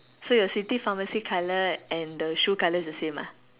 so your city pharmacy colour and your shoe colour is the same ah